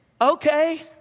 okay